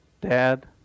Dad